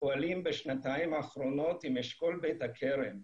פועלים בשנתיים האחרונות עם אשכול בית הכרם,